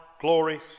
glory